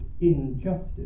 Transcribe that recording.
injustice